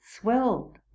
swelled